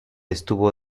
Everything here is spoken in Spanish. estuvo